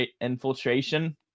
infiltration